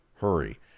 hurry